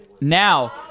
Now